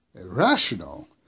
irrational